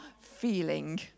feeling